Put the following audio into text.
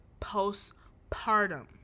postpartum